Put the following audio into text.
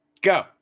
Go